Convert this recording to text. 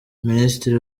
minisitiri